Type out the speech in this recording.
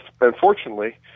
Unfortunately